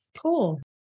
Cool